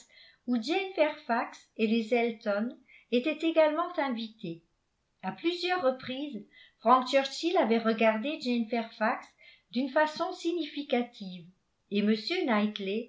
où jane fairfax et les elton étaient également invités à plusieurs reprises frank churchill avait regardé jane fairfax d'une façon significative et